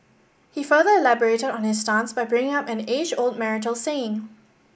he further elaborated on his stance by bringing up an age old marital saying